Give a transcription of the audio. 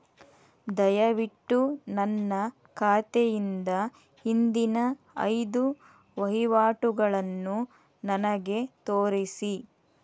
ದಯವಿಟ್ಟು ನನ್ನ ಖಾತೆಯಿಂದ ಹಿಂದಿನ ಐದು ವಹಿವಾಟುಗಳನ್ನು ನನಗೆ ತೋರಿಸಿ